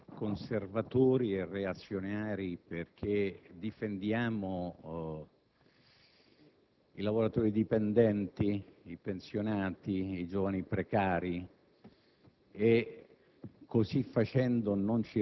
di essere conservatori e reazionari perché difendiamo i lavoratori dipendenti, i pensionati, i giovani precari